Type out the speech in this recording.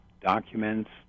documents